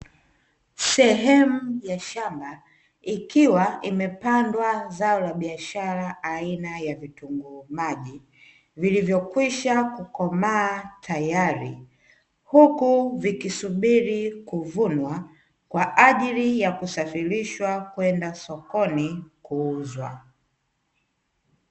Sehemu ya shamba ikiwa imepandwa zao la biashara aina ya vitunguu maji, vilivyokwisha kukomaaa tayari, huku vikisubiri kuvunwa kwaajili ya kusafirishwa kwenda sokoni kuuzwa.